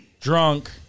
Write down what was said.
drunk